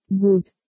Good